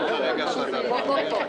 שלום וברכה.